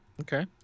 Okay